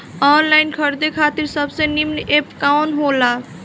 Online खरीदे खातिर सबसे नीमन एप कवन हो ला?